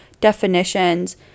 definitions